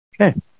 Okay